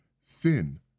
Sin